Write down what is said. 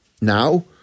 Now